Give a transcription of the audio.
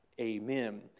Amen